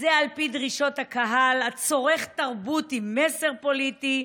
זה על פי דרישות הקהל הצורך תרבות עם מסר פוליטי.